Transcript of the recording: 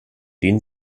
den